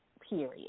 period